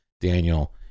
Daniel